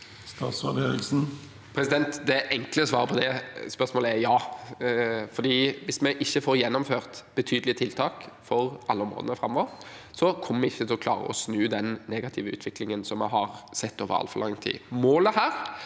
Det enkle svaret på det spørsmålet er ja. Hvis vi ikke får gjennomført betydelige tiltak for alle områdene framover, kommer vi ikke til å klare å snu den negative utviklingen som vi har sett over altfor lang tid. Målet her